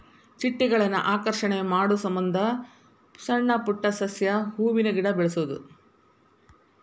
ಚಿಟ್ಟೆಗಳನ್ನ ಆಕರ್ಷಣೆ ಮಾಡುಸಮಂದ ಸಣ್ಣ ಪುಟ್ಟ ಸಸ್ಯ, ಹೂವಿನ ಗಿಡಾ ಬೆಳಸುದು